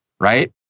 right